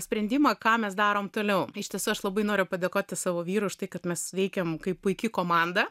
sprendimą ką mes darom toliau iš tiesų aš labai noriu padėkoti savo vyrui už tai kad mes veikiam kaip puiki komanda